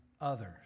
others